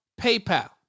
PayPal